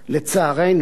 לצערנו,